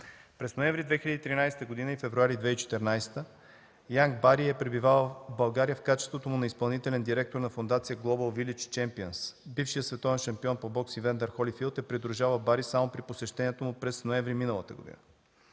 През ноември 2013 г. и февруари 2014 г. Янк Бери е пребивавал в България в качеството му на изпълнителен директор на Фондация „Глобал Вилидж Чемпиънс”. Бившият световен шампион по бокс Ивендър Холифийлд е придружавал Бари само при посещението му през ноември миналата година.